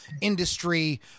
industry